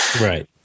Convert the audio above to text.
Right